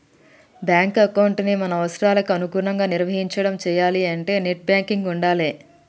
bank ఎకౌంటుని మన అవసరాలకి అనుగుణంగా నిర్వహించడం చెయ్యాలే అంటే నెట్ బ్యాంకింగ్ ఉండాలే